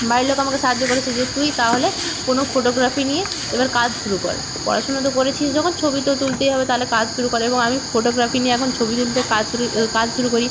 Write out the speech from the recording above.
বাড়ির লোক আমাকে সাহায্য করেছে যে তুই তাহলে কোনো ফোটোগ্রাফি নিয়ে এবার কাজ শুরু কর পড়াশোনা তো করেছিস যখন ছবি তো তুলতেই হবে তালে কাজ শুরু কর এবং আমি ফোটোগ্রাফি নিয়ে এখন ছবি তুলতে কাজ শুরু এ কাজ শুরু করি